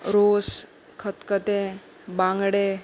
रोस खतखतें बांगडे